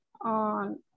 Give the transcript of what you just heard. on